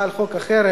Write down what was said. ההצבעה על חוק החרם.